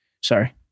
Sorry